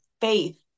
faith